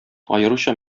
аеруча